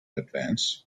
advance